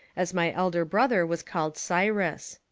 as my elder brother was called cyrus.